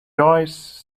joys